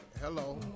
hello